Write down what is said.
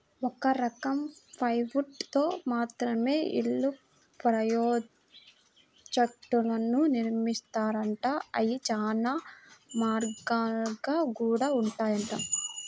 ఒక రకం ప్లైవుడ్ తో మాత్రమే ఇళ్ళ ప్రాజెక్టులను నిర్మిత్తారంట, అయ్యి చానా మన్నిగ్గా గూడా ఉంటాయంట